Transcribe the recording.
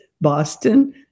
Boston